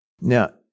Now